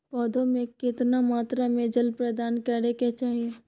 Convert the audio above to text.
पौधों में केतना मात्रा में जल प्रदान करै के चाही?